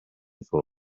full